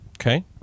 Okay